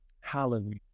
Hallelujah